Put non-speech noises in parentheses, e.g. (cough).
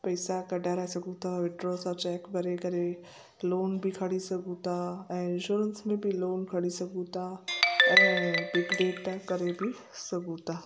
पैसा कढाराए सघूं था विथड्रॉ सां चैक भरे करे लोन बि खणी सघूं था ऐं इंश्योरंस में बि लोन खणी सघूं था ऐं (unintelligible) करे बि सघूं था